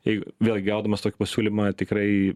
jeig vėl gaudamas tokį pasiūlymą tikrai